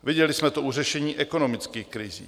Viděli jsme to u řešení ekonomických krizí.